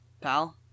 Pal